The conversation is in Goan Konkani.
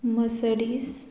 मसडीस